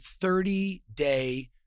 30-day